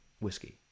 whiskey